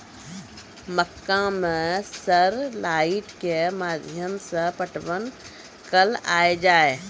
मक्का मैं sir light के माध्यम से पटवन कल आ जाए?